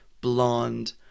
blonde